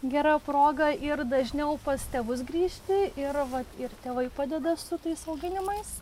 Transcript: gera proga ir dažniau pas tėvus grįžti ir va ir tėvai padeda su tais auginimais